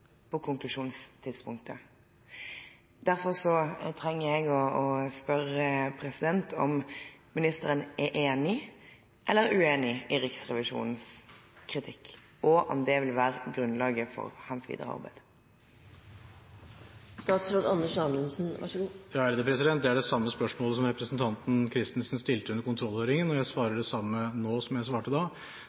på konklusjonstidspunktet». Derfor trenger jeg å spørre om ministeren er enig eller uenig i Riksrevisjonens kritikk, og om det vil være grunnlaget for hans videre arbeid. Det er det samme spørsmålet som representanten Christensen stilte under kontrollhøringen, og jeg svarer det samme nå som jeg svarte da,